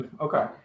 Okay